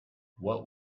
what